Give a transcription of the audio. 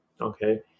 Okay